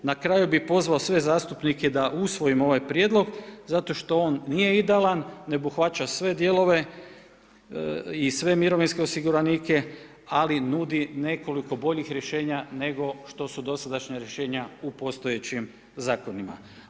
Na kraju bi pozvao sve zastupnike da usvojimo ovaj prijedlog zato što on nije idealan, ne obuhvaća sve dijelove i sve mirovinske osiguranike ali nudi nekoliko boljih rješenja nego što su dosadašnja rješenja u postojećim zakonima.